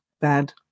bad